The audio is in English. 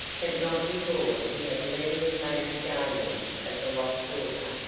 but not before he had legally made me guardian of the lost daughter,